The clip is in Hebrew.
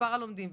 מספר הלומדים,